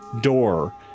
door